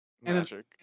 Magic